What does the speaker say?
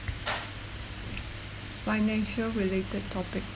financial-related topic